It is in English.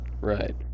Right